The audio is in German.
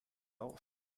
auf